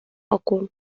òcul